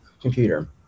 computer